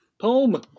Poem